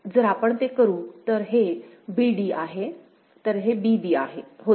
तर आपण ते करू तर हे b d आहे तर हे b b होते